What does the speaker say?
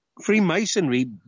Freemasonry